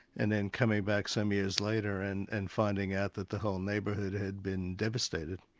and then coming back some years later, and and finding out that the whole neighbourhood had been devastated.